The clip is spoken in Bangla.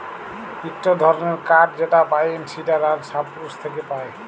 ইকটো ধরণের কাঠ যেটা পাইন, সিডার আর সপ্রুস থেক্যে পায়